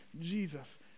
Jesus